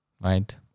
Right